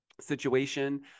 situation